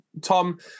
Tom